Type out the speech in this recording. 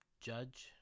judge